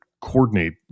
coordinate